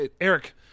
Eric